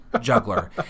juggler